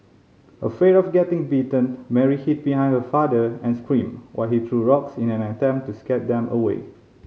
afraid of getting bitten Mary hid behind her father and screamed while he threw rocks in an attempt to scare them away